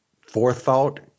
forethought